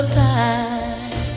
time